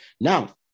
Now